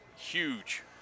huge